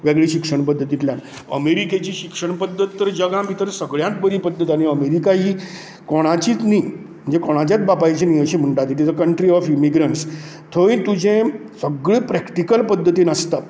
वेगळें शिक्षण पद्दतींतल्यान अमेरिकेची शिक्षण पद्दत तर जगां भितर सगळ्यांत बरी पद्दत आनी अमेरिका ही कोणाचीच नी म्हणजे कोणाच्याच बापायची नी अशें म्हणटात it is a country of immigrants थंय तुजें सगळें प्रॅक्टीकल पद्दतीन आसता